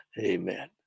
Amen